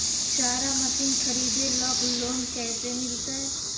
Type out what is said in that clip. चारा मशिन खरीदे ल लोन कैसे मिलतै?